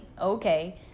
okay